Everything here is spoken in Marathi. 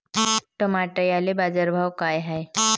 टमाट्याले बाजारभाव काय हाय?